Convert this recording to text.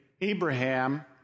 Abraham